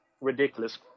ridiculous